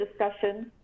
discussion